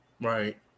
right